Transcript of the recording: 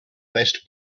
best